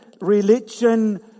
religion